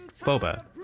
Boba